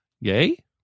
yay